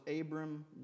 Abram